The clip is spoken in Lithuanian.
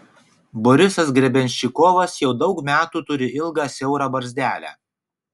borisas grebenščikovas jau daug metų turi ilgą siaurą barzdelę